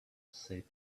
said